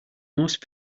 most